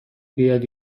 بیاد